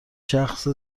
شخص